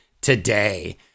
today